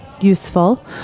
useful